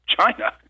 China